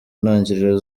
ntangiriro